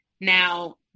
Now